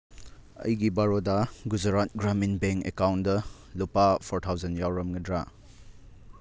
ꯑꯩꯒꯤ ꯕꯥꯔꯣꯗꯥ ꯒꯨꯖꯔꯥꯠ ꯒ꯭ꯔꯥꯃꯤꯟ ꯕꯦꯡ ꯑꯦꯀꯥꯎꯟꯗ ꯂꯨꯄꯥ ꯐꯣꯔ ꯊꯥꯎꯖꯟ ꯌꯥꯎꯔꯝꯒꯗ꯭ꯔ